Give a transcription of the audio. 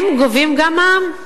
הם גובים גם מע"מ.